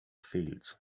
fields